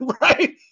right